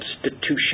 substitution